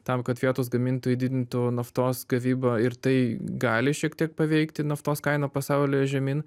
tam kad vietos gamintojai didintų naftos gavybą ir tai gali šiek tiek paveikti naftos kainą pasaulyje žemyn